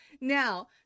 Now